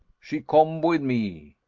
she come with me.